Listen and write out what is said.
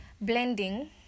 blending